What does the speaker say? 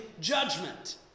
judgment